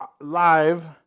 live